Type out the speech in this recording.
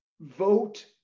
vote